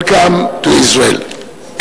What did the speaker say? Welcome to Israel.